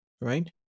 right